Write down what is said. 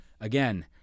Again